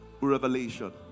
revelation